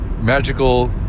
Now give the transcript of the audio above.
magical